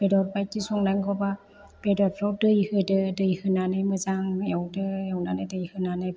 बेदर बायदि संनांगौबा बेदरफ्राव दै होदो दै होनानै मोजां एवदो एवनानै दै होनानै